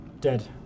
Dead